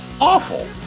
awful